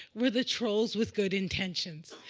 were the trolls with good intentions,